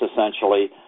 essentially